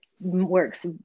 works